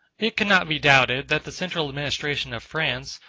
it cannot be doubted that the central administration of france,